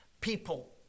People